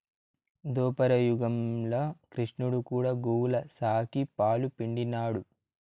దోపర యుగంల క్రిష్ణుడు కూడా గోవుల సాకి, పాలు పిండినాడు